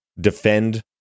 defend